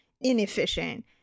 inefficient